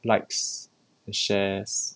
likes and shares